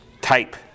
type